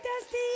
Dusty